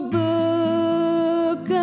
book